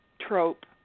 trope